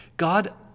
God